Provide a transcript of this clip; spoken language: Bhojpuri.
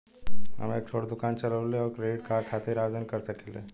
हम एक छोटा दुकान चलवइले और क्रेडिट कार्ड खातिर आवेदन कर सकिले?